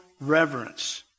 reverence